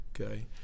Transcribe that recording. okay